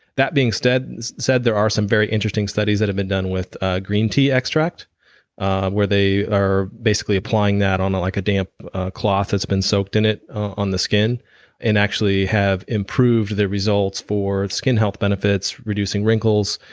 that being said, there are some very interesting studies that have been done with ah green tea extract ah where they are basically applying that on like a dump cloth that's been soaked in it on the skin and actually have improved their results for skin health benefits, reducing wrinkles,